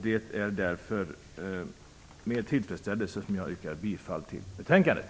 Det är därför jag yrkar bifall till hemställan i betänkandet.